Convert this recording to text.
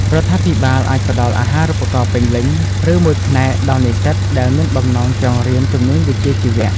រដ្ឋាភិបាលអាចផ្តល់អាហារូបករណ៍ពេញលេញ ឬមួយផ្នែកដល់និស្សិតដែលមានបំណងចង់រៀនជំនាញវិជ្ជាជីវៈ។